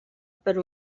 per